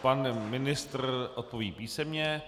Pan ministr odpoví písemně.